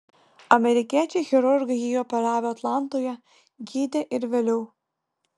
amerikiečiai chirurgai jį operavo atlantoje gydė ir vėliau